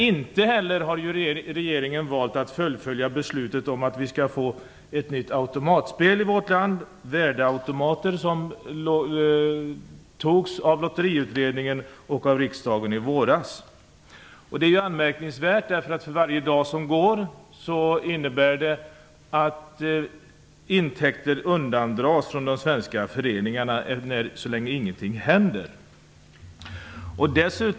Inte heller har regeringen valt att fullfölja beslutet om att i vårt land införa ett nytt automatspel, värdeautomater. Detta förslag lades fram av Lotteriutredningen och antogs av riksdagen i våras. Detta är anmärkningsvärt, eftersom möjliga intäkter undandras från föreningarna för varje dag som går så länge ingenting händer.